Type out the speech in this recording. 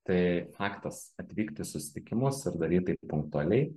tai faktas atvykt į susitikimus ir daryt tai punktualiai